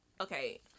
Okay